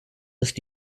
ist